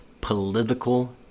political